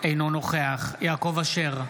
אינו נוכח יעקב אשר,